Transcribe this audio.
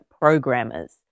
programmers